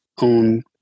own